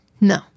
No